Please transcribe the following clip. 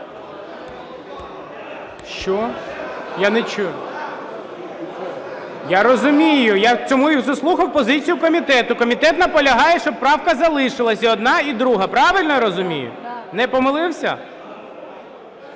Що? Я не чую. Я розумію, я тому і заслухав позицію комітету. Комітет наполягає, щоб правка залишилася, і одна, і друга. Правильно я розумію? Не помилився?